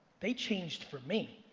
they changed for me.